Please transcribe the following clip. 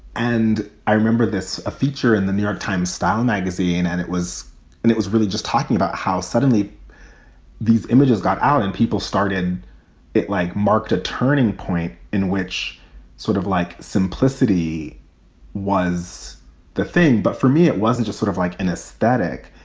and i remember this, a feature in the new york times style magazine. and it was and it was really just talking about how suddenly these images got out and people started it like marked a turning point in which sort of like simplicity was the thing. but for me, it wasn't just sort of like an aesthetic.